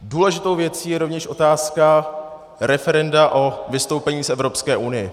Důležitou věcí je rovněž otázka referenda o vystoupení z Evropské unie.